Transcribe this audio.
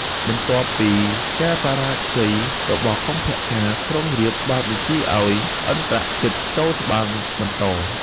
បន្ទាប់ពីការបរាជ័យរបស់កុម្ពកាណ៍ ក្រុងរាពណ៍បានបញ្ជាឱ្យឥន្ទ្រជិតចូលច្បាំងបន្ត។។